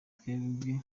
twebwe